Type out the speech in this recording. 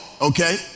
okay